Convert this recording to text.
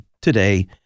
today